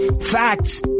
facts